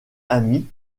ami